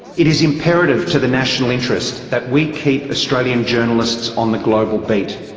it is imperative to the national interest that we keep australian journalists on the global beat.